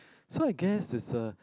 so I guess is a